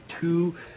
two